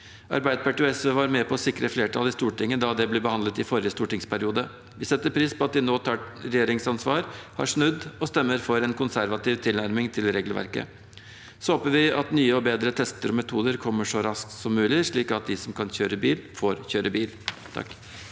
Arbeiderpartiet og SV var med på å sikre flertall i Stortinget da det ble behandlet i forrige stortingsperiode. Vi setter pris på at de nå tar regjeringsansvar, har snudd og stemmer for en konservativ tilnærming til regelverket. Så håper vi at nye og bedre testmetoder kommer så raskt som mulig, slik at de som kan kjøre bil, får kjøre bil. Geir